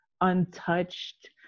untouched